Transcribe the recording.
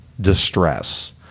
distress